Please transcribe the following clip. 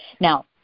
Now